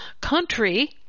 country